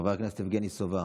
חבר הכנסת יבגני סובה,